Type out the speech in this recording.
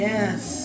Yes